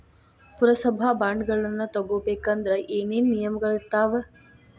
ಪುರಸಭಾ ಬಾಂಡ್ಗಳನ್ನ ತಗೊಬೇಕಂದ್ರ ಏನೇನ ನಿಯಮಗಳಿರ್ತಾವ?